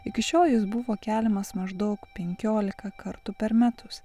iki šiol jis buvo keliamas maždaug penkioliką kartų per metus